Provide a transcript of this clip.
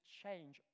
change